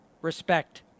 respect